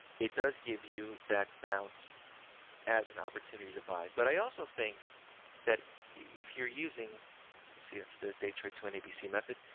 it does give you that bounce as an opportunity to buy. but i also think that if you're using, let's see that's that they trick to an abc method.